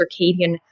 circadian